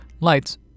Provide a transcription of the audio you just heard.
Lights